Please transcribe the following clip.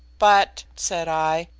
but, said i,